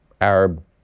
Arab